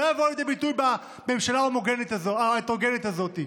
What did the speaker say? לא יבואו לידי ביטוי בממשלה ההטרוגנית הזאת.